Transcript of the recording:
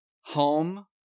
home